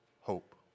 hope